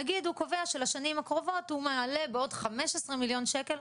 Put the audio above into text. נגיד הוא קובע שלשנים הקרובות הוא מעלה בעוד 15 מיליון שקל,